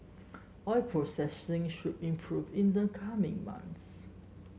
oil processing should improve in the coming months